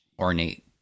ornate